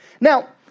Now